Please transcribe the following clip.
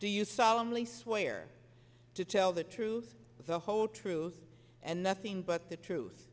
do you solemnly swear to tell the truth the whole truth and nothing but the truth